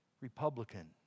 Republican